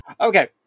okay